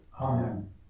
Amen